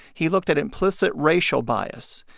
he looked at implicit racial bias.